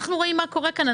אנחנו רואים מה קורה כאן.